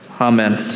Amen